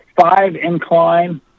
five-incline